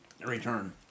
return